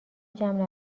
جمع